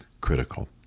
critical